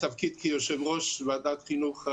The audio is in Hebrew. התפקיד כיושב-ראש ועדת חינוך,